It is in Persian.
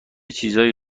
چیزایی